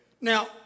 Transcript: Now